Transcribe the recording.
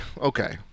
okay